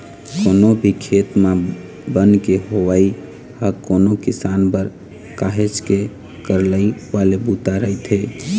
कोनो भी खेत म बन के होवई ह कोनो किसान बर काहेच के करलई वाले बूता रहिथे